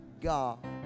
God